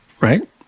Right